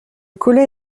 collet